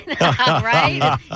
right